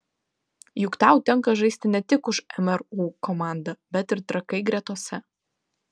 juk tau tenka žaisti ne tik už mru komandą bet ir trakai gretose